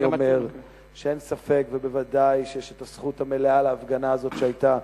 אומר שאין ספק וודאי שיש הזכות המלאה להפגנה הזאת שהיתה.